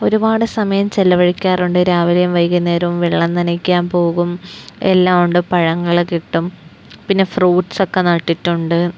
ഒരുപാട് സമയം ചെലവഴിക്കാറുണ്ട് രാവിലെയും വൈകുന്നേരവും വെള്ളം നനയ്ക്കാൻ പോകും എല്ലാമുണ്ട് പഴങ്ങള് കിട്ടും പിന്നെ ഫ്രൂട്സൊക്കെ നട്ടിട്ടുണ്ട്